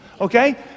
okay